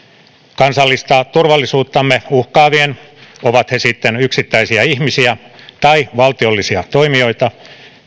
kansallista turvallisuuttamme uhkaavien ovat he sitten yksittäisiä ihmisiä tai valtiollisia toimijoita